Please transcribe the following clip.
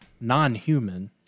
non-human